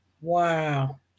Wow